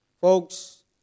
Folks